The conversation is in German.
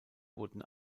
wurden